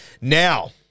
now